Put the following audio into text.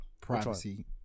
Privacy